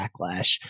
Backlash